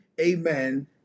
amen